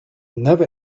never